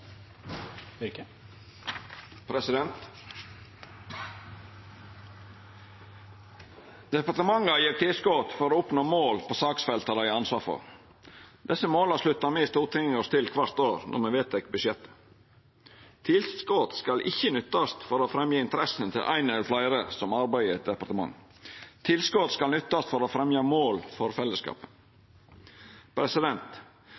Departementet har gjeve tilskot for å oppnå mål på saksfelta dei har ansvar for. Desse måla sluttar me i Stortinget oss til kvart år når me vedtek budsjettet. Tilskot skal ikkje nyttast til å fremja interessene til ein eller fleire som arbeider i eit departement. Tilskot skal nyttast til å fremja mål for